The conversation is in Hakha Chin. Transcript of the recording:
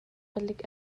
palik